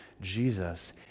Jesus